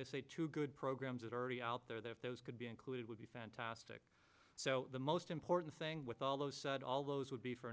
us a to good programs that are already out there that those could be included would be fantastic so the most important thing with all those all those would be for